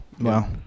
Wow